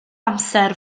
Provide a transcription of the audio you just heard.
amser